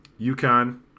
UConn